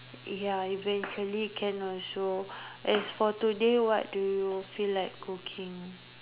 ya eventually can also as for today what do you feel like cooking